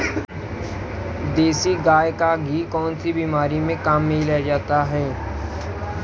देसी गाय का घी कौनसी बीमारी में काम में लिया जाता है?